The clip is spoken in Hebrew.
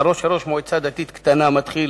שכרו של ראש מועצה דתית קטנה מתחיל,